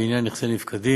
בעניין נכסי נפקדים,